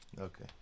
Okay